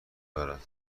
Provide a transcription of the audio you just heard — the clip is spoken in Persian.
دارد